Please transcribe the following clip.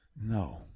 no